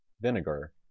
vinegar